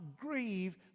grieve